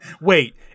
wait